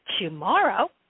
tomorrow